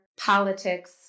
politics